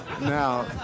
Now